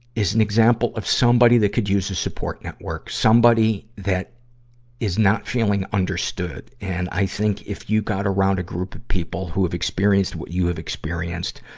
is an example of somebody that could use a support network. somebody that is not feeling understood, and i think that if you got around a group of people who have experienced what you have experienced,